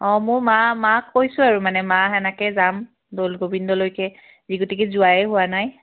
অঁ মোৰ মা মাক কৈছোঁ আৰু মানে মাক সেনেকৈ যাম দৌল গোবিন্দলৈকে যি গতিকে যোৱাই হোৱা নাই